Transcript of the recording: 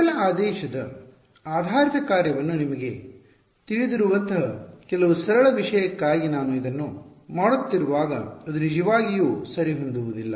ಮೊದಲ ಆದೇಶದ ಆಧಾರಿತ ಕಾರ್ಯವನ್ನು ನಿಮಗೆ ತಿಳಿದಿರುವಂತಹ ಕೆಲವು ಸರಳ ವಿಷಯಕ್ಕಾಗಿ ನಾವು ಇದನ್ನು ಮಾಡುತ್ತಿರುವಾಗ ಅದು ನಿಜವಾಗಿಯೂ ಸರಿಹೊಂದುವುದಿಲ್ಲ